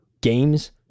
games